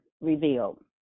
revealed